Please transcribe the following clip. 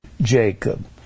Jacob